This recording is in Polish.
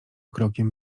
krokiem